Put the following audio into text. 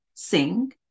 sing